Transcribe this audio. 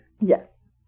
Yes